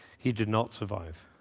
he did not survive.